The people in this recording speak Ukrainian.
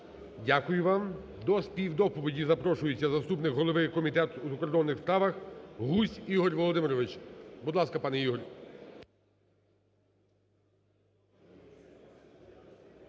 Дякую вам. До співдоповіді запрошується заступник голови Комітету у закордонних справах Гузь Ігор Володимирович. Будь ласка, пане Ігор.